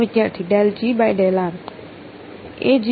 વિદ્યાર્થી Del G by del r